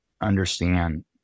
understand